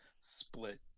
split